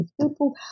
people